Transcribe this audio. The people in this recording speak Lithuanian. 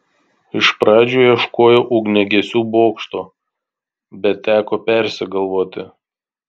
iš pradžių ieškojau ugniagesių bokšto bet teko persigalvoti